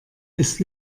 ist